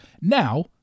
Now